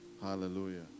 Hallelujah